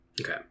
Okay